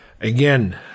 Again